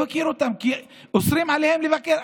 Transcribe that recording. לא הכיר אותם, כי אוסרים עליהם לבקר.